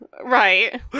right